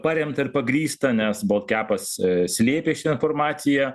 paremta ir pagrįsta nes bolt kepas slėpė šitą informaciją